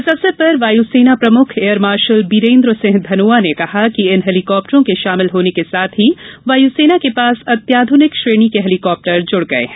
इस अवसर पर वायु सेना प्रमुख एयर मार्शल वीरेंद्र सिंह धनोआ ने कहा कि इन हेलीकॉप्टारों के शामिल होने के साथ ही वायु सेना के पास अत्याधुनिक श्रेणी के हेलीकॉप्टर जुड़ गये हैं